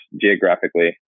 geographically